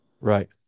Right